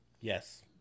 Yes